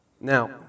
Now